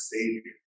Savior